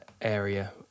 area